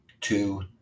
two